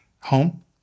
home